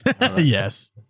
yes